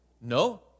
No